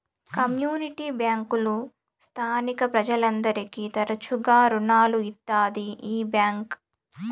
community బ్యాంకులు స్థానిక ప్రజలందరికీ తరచుగా రుణాలు ఇత్తాది ఈ బ్యాంక్